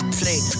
play